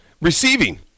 receiving